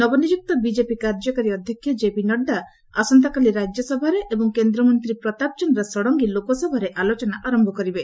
ନବନିଯୁକ୍ତ ବିକେପି କାର୍ଯ୍ୟକାରୀ ଅଧ୍ୟକ୍ଷ କେପି ନଡ୍ରା ଆସନ୍ତାକାଲି ରାଜ୍ୟସଭାରେ ଏବଂ କେନ୍ଦ୍ରମନ୍ତ୍ରୀ ପ୍ରତାପ ଚନ୍ଦ୍ର ଷଡ଼ଙ୍ଗୀ ଲୋକସଭାରେ ଆଲୋଚନା ଆରମ୍ଭ କରିବେ